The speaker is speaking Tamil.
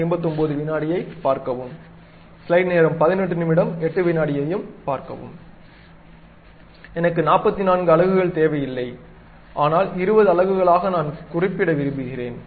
ஐப் பார்க்கவும் எனக்கு 44 அலகுகள் தேவையில்லை ஆனால் 20 அலகுகளாக நான் குறிப்பிட விரும்புகிறேன்